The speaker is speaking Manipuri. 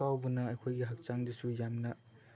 ꯀꯥꯎꯕꯅ ꯑꯩꯈꯣꯏꯒꯤ ꯍꯛꯆꯥꯡꯗꯁꯨ ꯌꯥꯝꯅ